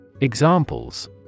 Examples